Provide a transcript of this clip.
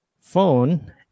phone